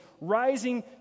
rising